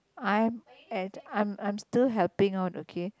I'm at I'm I'm still helping on okay